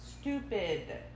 stupid